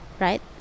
right